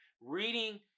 reading